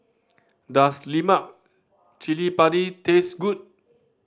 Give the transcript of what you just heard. does lemak cili padi taste good